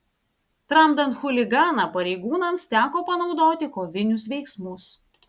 tramdant chuliganą pareigūnams teko panaudoti kovinius veiksmus